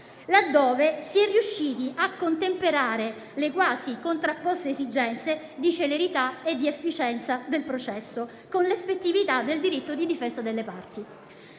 laddove si è riusciti a contemperare le quasi contrapposte esigenze di celerità e di efficienza del processo con l'effettività del diritto di difesa delle parti.